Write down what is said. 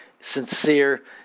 sincere